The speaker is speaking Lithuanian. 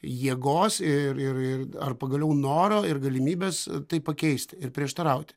jėgos ir ir ir ar pagaliau noro ir galimybės tai pakeisti ir prieštarauti